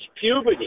puberty